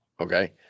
Okay